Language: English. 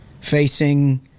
facing